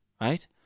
right